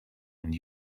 and